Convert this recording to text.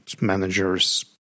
managers